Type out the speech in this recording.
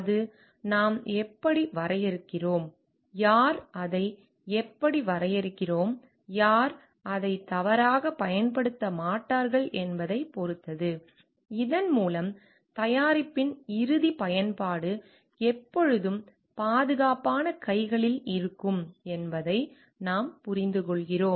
அது நாம் எப்படி வரையறுக்கிறோம் யார் அதை எப்படி வரையறுக்கிறோம் யார் அதை தவறாகப் பயன்படுத்த மாட்டார்கள் என்பதைப் பொறுத்தது இதன் மூலம் தயாரிப்பின் இறுதிப் பயன்பாடு எப்போதும் பாதுகாப்பான கைகளில் இருக்கும் என்பதை நாம் புரிந்துகொள்கிறோம்